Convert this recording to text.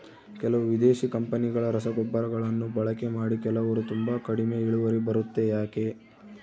ಕೆಲವು ವಿದೇಶಿ ಕಂಪನಿಗಳ ರಸಗೊಬ್ಬರಗಳನ್ನು ಬಳಕೆ ಮಾಡಿ ಕೆಲವರು ತುಂಬಾ ಕಡಿಮೆ ಇಳುವರಿ ಬರುತ್ತೆ ಯಾಕೆ?